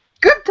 good